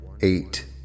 eight